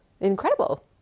incredible